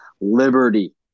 Liberty